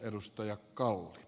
arvoisa puhemies